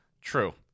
True